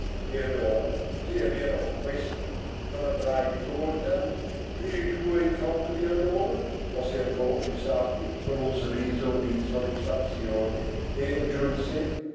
e allora se è vero questo non avrai difficoltà e i tuoi calcoli allora osservò il sarti con un sorriso di soddisfazione e aggiunse